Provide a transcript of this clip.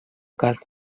cas